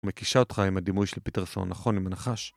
מכישה אותך עם הדימוי של פיטרסון נכון עם הנחש?